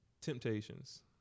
Temptations